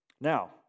Now